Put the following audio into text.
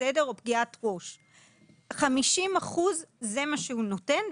זה מה ש-50% נותן.